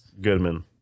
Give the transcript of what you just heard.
Goodman